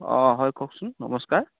অঁ হয় কওকচোন নমস্কাৰ